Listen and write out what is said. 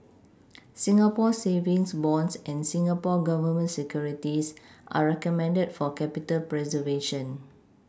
Singapore savings bonds and Singapore Government Securities are recommended for capital preservation